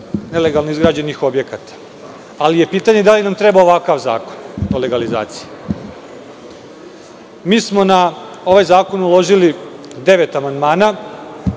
nelegalno izgrađenih objekata, ali je pitanje da li nam treba ovakav zakon o legalizaciji. Mi smo na ovaj zakon uložili devet amandmana